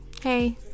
hey